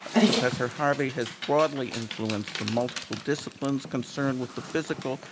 professor harvey has broadly influenced the multiple disciplines concerned with the physical,